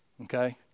Okay